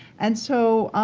and so,